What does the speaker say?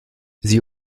sie